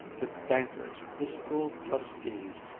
the bankers, the school-trustees,